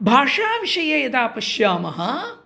भाषाविषये यदा पश्यामः